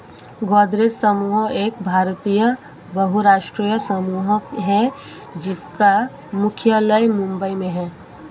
गोदरेज समूह एक भारतीय बहुराष्ट्रीय समूह है जिसका मुख्यालय मुंबई में है